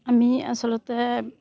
আমি আচলতে